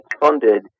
funded